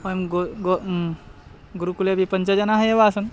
वयं गोः गोः गुरुकुले अपि पञ्च जनाः एव आसन्